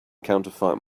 counterfeit